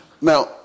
now